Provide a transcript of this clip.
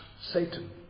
Satan